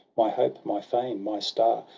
my hope, my fame, my star.